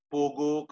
Pogo